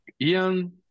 Ian